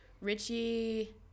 Richie